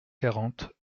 quarante